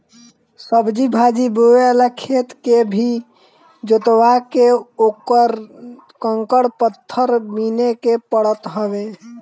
सब्जी भाजी बोए वाला खेत के भी जोतवा के उकर कंकड़ पत्थर बिने के पड़त हवे